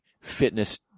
fitness